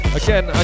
again